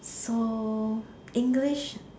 so English